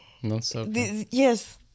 yes